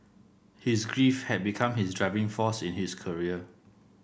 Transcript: his grief had become his driving force in his career